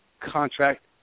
contract